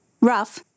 Rough